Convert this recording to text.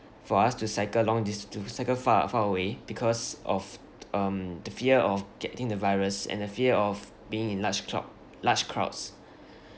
for us to cycle long dis~ to cycle far far away because of um the fear of getting the virus and the fear of being in large crow~ large crowds